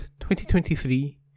2023